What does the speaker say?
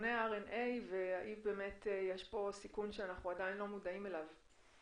חיסוני הרנ"א והאם יש פה סיכון שאנחנו עדיין לא מודעים אליו.